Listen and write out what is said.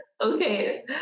Okay